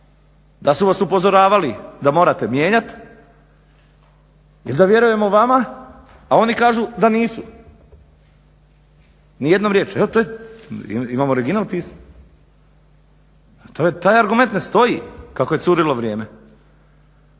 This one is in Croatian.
da su vas upozoravali da morate mijenjati ili da vjerujemo vama, a oni kažu da nisu nijednom riječju. Evo, imam original pismo. Taj argument ne stoji kako je curilo vrijeme